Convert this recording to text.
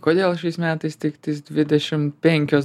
kodėl šiais metais tiktais dvidešimt penkios